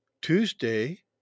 Tuesday